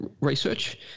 research